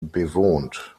bewohnt